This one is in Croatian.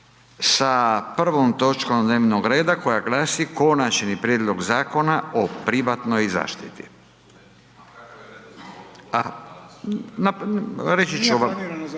sa prvom točkom dnevnog reda koja glasi Konačni prijedloga Zakona o privatnoj zaštiti.